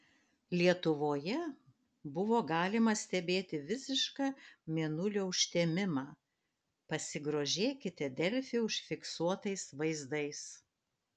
lietuvoje buvo galima stebėti visišką mėnulio užtemimą pasigrožėkite delfi užfiksuotais vaizdais